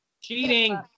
Cheating